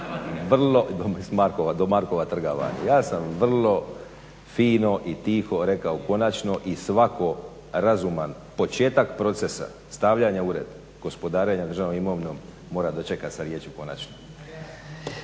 vrlo, do Markova trga van, ja sam vrlo fino i tiho rekao "konačno" i svako razuman, početak procesa, stavljanje …/Govornik se ne razumije./… gospodarenja državnom imovinom mora dočekati sa riječju "konačno"